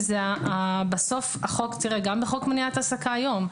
גם בחוק מניעת העסקה היום,